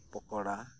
ᱯᱚᱠᱚᱲᱟ